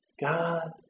God